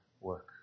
work